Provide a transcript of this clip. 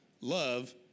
love